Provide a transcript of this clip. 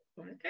Okay